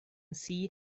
see